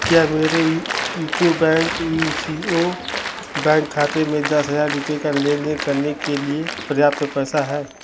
क्या मेरे UCO bank U C O bank खाते में दस हजार रुपए का लेनदेन करने के लिए पर्याप्त पैसा है